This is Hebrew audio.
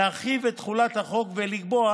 להרחיב את תחולת החוק ולקבוע